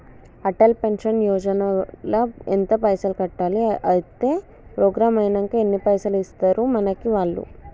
Atal pension Yojana ల ఎంత పైసల్ కట్టాలి? అత్తే ప్రోగ్రాం ఐనాక ఎన్ని పైసల్ ఇస్తరు మనకి వాళ్లు?